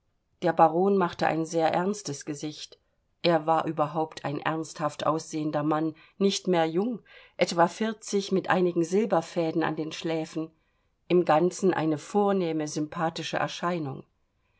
der baron machte ein sehr ernstes gesicht er war überhaupt ein ernsthaft aussehender mann nicht mehr jung etwa vierzig mit einigen silberfäden an den schläfen im ganzen eine vornehme sympathische erscheinung